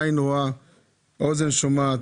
עין רואה ואוזן שומעת,